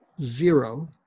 Zero